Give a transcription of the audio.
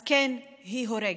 אז כן, היא הורגת.